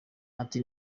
ati